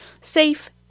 safe